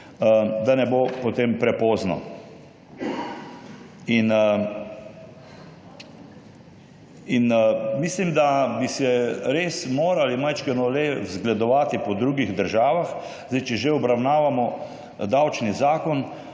da ne bo potem prepozno. Mislim, da bi se res morali majčkeno zgledovati po drugih državah. Če že obravnavamo davčni zakon,